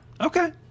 okay